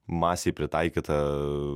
masei pritaikyta